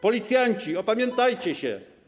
Policjanci, opamiętajcie się!